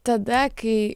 tada kai